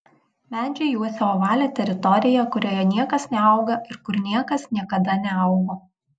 medžiai juosia ovalią teritoriją kurioje niekas neauga ir kur niekas niekada neaugo